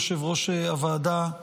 יושב-ראש הוועדה,